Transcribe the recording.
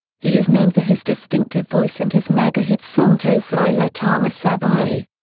he is known for his distinctive voice and his mega-hit song toe fo'i le tama savai'i.